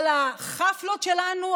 על החפלות שלנו,